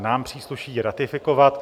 Nám přísluší ji ratifikovat.